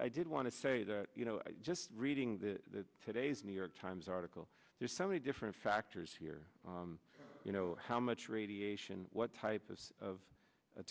i did want to say that you know just reading the today's new york times article there's so many different factors here you know how much radiation what type of